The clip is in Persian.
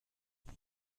چیزی